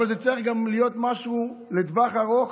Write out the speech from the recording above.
אבל זה צריך להיות גם משהו לטווח ארוך.